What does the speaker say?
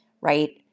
right